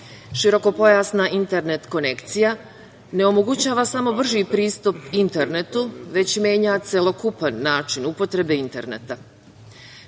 cilj. Širokopojasna internet konekcija ne omogućava samo brži pristup internetu, već menja celokupan način upotrebe interneta.